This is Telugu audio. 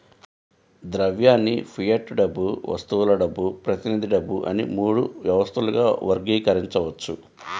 ద్రవ్యాన్ని ఫియట్ డబ్బు, వస్తువుల డబ్బు, ప్రతినిధి డబ్బు అని మూడు వ్యవస్థలుగా వర్గీకరించవచ్చు